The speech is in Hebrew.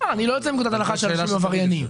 אני לא יוצא מנקודת הנחה שאנשים הם עבריינים.